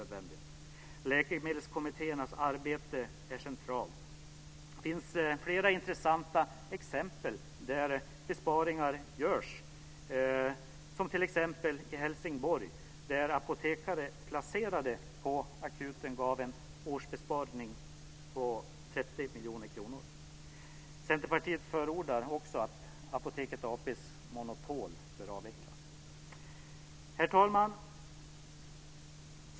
Läkemedelskommittéernas arbete är centralt. Det finns flera intressanta exempel på besparingar som görs. I Helsingborg t.ex. gav apotekare placerade på akuten en årsbesparing på 30 miljoner kronor. Centerpartiet förordar också att Apoteket AB:s monopol bör avvecklas. Herr talman!